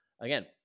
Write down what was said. Again